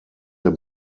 der